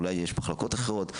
אולי יש מחלקות אחרות,